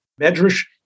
Medrash